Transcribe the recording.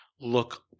look